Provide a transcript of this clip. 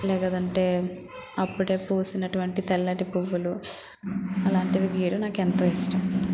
లేదంటే అప్పుడే పూసినటువంటి తెల్లటి పువ్వులు అలాంటివి గీయడం నాకు ఎంతో ఇష్టం